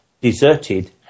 deserted